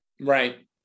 Right